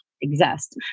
exist